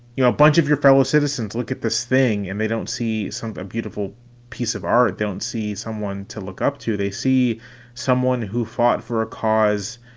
you know, a bunch of your fellow citizens look at this thing and they don't see such a beautiful piece of art. they don't see someone to look up to. they see someone who fought for a cause